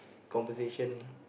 conversation